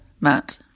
Matt